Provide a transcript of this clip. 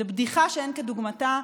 זו בדיחה שאין כדוגמתה.